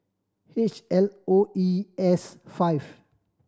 H L O E S five